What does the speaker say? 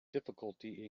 difficulty